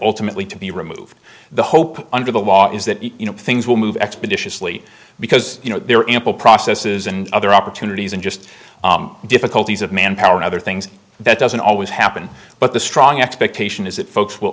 ultimately to be removed the hope under the law is that you know things will move expeditiously because you know there are ample processes and other opportunities and just the difficulties of manpower or other things that doesn't always happen but the strong expectation is that folks will